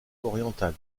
oriental